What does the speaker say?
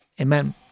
Amen